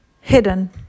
hidden